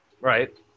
Right